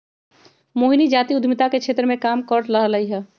मोहिनी जाति उधमिता के क्षेत्र मे काम कर रहलई ह